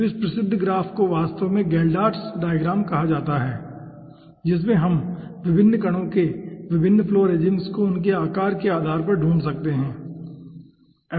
तो इस प्रसिद्ध ग्राफ को वास्तव में गेल्डर्ट्स डायग्राम कहा जाता है जिसमें हम विभिन्न कणों के विभिन्न फ्लो रेजीम्स को उनके आकार के आधार पर ढूंढ सकते हैं ठीक है